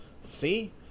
See